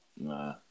Nah